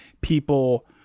people